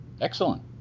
Excellent